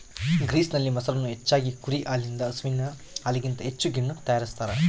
ಗ್ರೀಸ್ನಲ್ಲಿ, ಮೊಸರನ್ನು ಹೆಚ್ಚಾಗಿ ಕುರಿ ಹಾಲಿನಿಂದ ಹಸುವಿನ ಹಾಲಿಗಿಂತ ಹೆಚ್ಚು ಗಿಣ್ಣು ತಯಾರಿಸ್ತಾರ